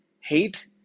Hate